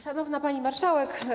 Szanowna Pani Marszałek!